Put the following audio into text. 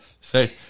Say